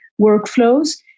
workflows